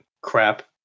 crap